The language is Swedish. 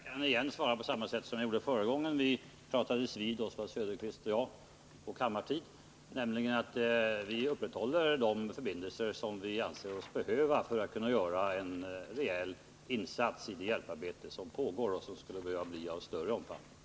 Herr talman! Jag kan svara på samma sätt som jag gjorde förra gången som Oswald Söderqvist och jag pratades vid på kammartid, nämligen att vi upprätthåller de förbindelser som vi anser oss behöva för att kunna göra en rejäl insats i det hjälparbete som pågår och som skulle behöva bli av större omfattning.